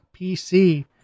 pc